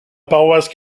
paroisse